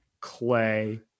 Clay